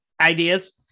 ideas